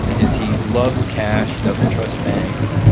is he loves cash, doesn't trust banks.